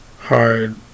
hard